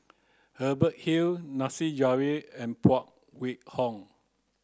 Hubert Hill Nasir Jalil and Phan Wait Hong